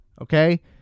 Okay